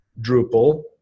Drupal